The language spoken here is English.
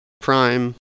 Prime